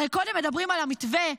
הרי קודם מדברים על המתווה,